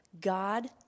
God